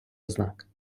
ознак